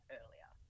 earlier